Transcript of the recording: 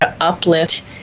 uplift